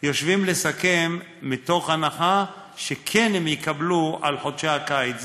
יושבים לסכם מתוך הנחה שהם כן יקבלו על חודשי הקיץ.